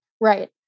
Right